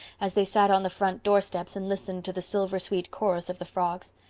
as they sat on the front door steps and listened to the silver-sweet chorus of the frogs.